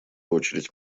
очередь